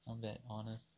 not bad honest